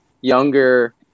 younger